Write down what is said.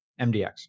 MDX